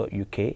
Uk